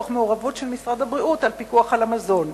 במעורבות של משרד הבריאות בפיקוח על המזון.